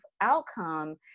outcome